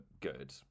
good